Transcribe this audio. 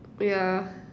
yeah